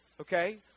okay